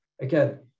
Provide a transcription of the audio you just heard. again